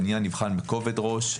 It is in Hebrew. העניין נבחן בכובד ראש,